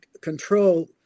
control